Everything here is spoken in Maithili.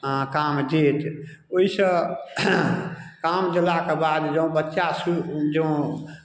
काम देत ओहिसँ काम देलाके बाद जँ बच्चा सु जँ